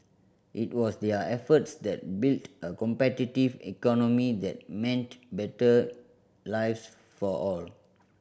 it was their efforts that built a competitive economy that meant better lives for all